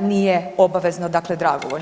nije obavezno, dakle dragovoljno je.